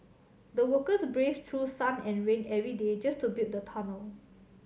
the workers braved through sun and rain every day just to build the tunnel